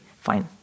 fine